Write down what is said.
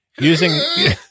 using